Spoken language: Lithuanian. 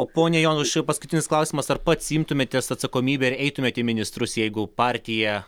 o pone jonuši paskutinis klausimas ar pats imtumėtės atsakomybę ir eitumėt į ministrus jeigu partija